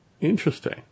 Interesting